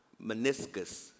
meniscus